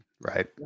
Right